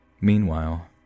Meanwhile